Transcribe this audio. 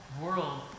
world